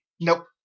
Nope